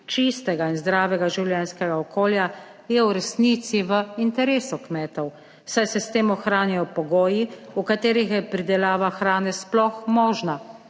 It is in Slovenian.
čistega in zdravega življenjskega okolja je v resnici v interesu kmetov, saj se s tem ohranjajo pogoji, v katerih je pridelava hrane sploh možna.